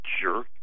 Sure